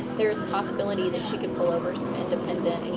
there's possibility that she can pull over some independent